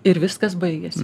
ir viskas baigėsi